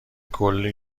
کلی